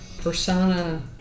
persona